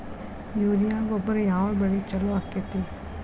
Urea ಗೊಬ್ಬರ ಯಾವ ಬೆಳಿಗೆ ಛಲೋ ಆಕ್ಕೆತಿ?